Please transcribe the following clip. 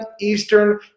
Eastern